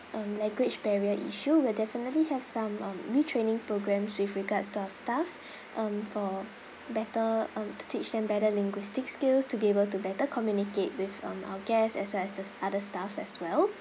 um language barrier issue we definitely have some um retraining programs with regards to our staff um for better um to teach them better linguistic skills to be able to better communicate with um our guests as well as the other staffs as well